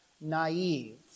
naive